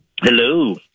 Hello